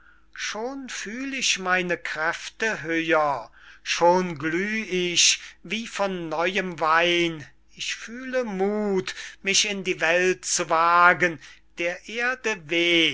schon fühl ich meine kräfte höher schon glüh ich wie von neuem wein ich fühle muth mich in die welt zu wagen der erde weh